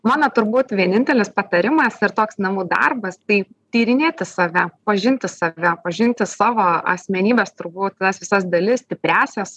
mano turbūt vienintelis patarimas ir toks namų darbas tai tyrinėti save pažinti save pažinti savo asmenybės turbūt tas visas dalis stipriąsias